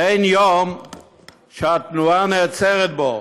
ואין יום שהתנועה נעצרת בו.